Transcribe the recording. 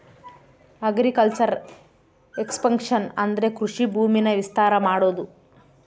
agriculture expansion ಅಂದ್ರೆ ಕೃಷಿ ಭೂಮಿನ ವಿಸ್ತಾರ ಮಾಡೋದು